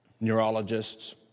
neurologists